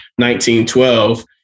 1912